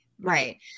Right